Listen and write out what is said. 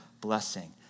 blessing